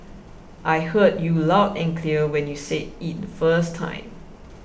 I heard you loud and clear when you said it the first time